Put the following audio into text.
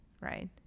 right